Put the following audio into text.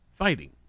fighting